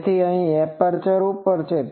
તેથી આ એપ્રેચર ઉપર છે